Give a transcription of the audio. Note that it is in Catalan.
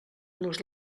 nos